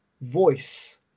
voice